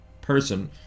person